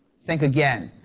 think again.